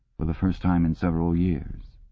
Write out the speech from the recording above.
for the first time in several years.